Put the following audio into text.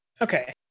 Okay